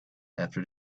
after